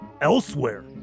elsewhere